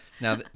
Now